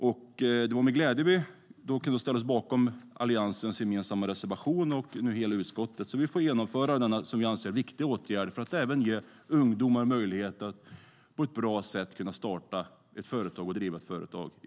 Vi står med glädje bakom Alliansens gemensamma reservation och nu hela utskottets förslag så att vi kan genomföra denna viktiga åtgärd och ge även ungdomar möjlighet att på ett bra sätt starta och driva företag.